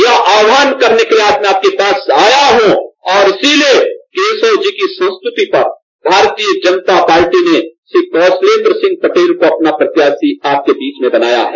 ये आहवान करने के लिए आज ये आपके पास आया हूँ इसीलिए केशव जी की स्तुती पर भारतीय जनता पाार्टी के कोशलेन्द्र सिंह पटेल को अपना प्रत्याशी आपंके बीच में बनाया है